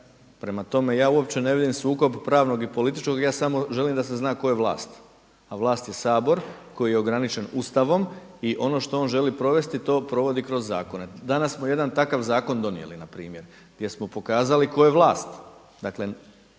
Prema tome, ja uopće ne vidim sukob pravnog i političkog. Ja samo želim da se zna tko je vlast, a vlast je Sabor koji je ograničen Ustavom i ono što on želi provesti to provodi kroz zakone. Danas smo jedan takav zakon donijeli na primjer, gdje smo pokazali tko je vlast.